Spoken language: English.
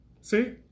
See